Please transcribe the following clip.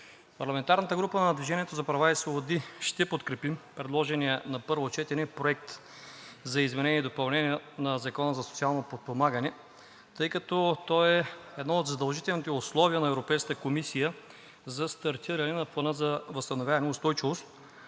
Парламентарната група на „Движение за права и свободи“ ще подкрепи предложения на първо четене Законопроект за изменение и допълнение на Закона за социално подпомагане, тъй като той е едно от задължителните условия на Европейската комисия за стартиране на Плана за възстановяване и устойчивост.